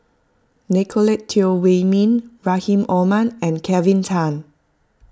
Nicolette Teo Wei Min Rahim Omar and Kelvin Tan